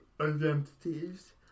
identities